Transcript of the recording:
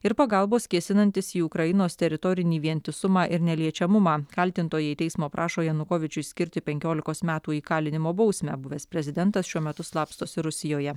ir pagalbos kėsinantis į ukrainos teritorinį vientisumą ir neliečiamumą kaltintojai teismo prašo janukovyčiui skirti penkiolikos metų įkalinimo bausmę buvęs prezidentas šiuo metu slapstosi rusijoje